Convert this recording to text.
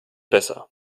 besser